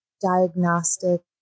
diagnostic